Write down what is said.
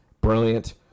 brilliant